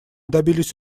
добились